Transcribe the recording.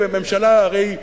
והממשלה הרי,